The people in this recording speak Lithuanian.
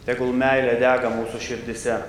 tegul meilė dega mūsų širdyse